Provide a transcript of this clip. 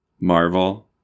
Marvel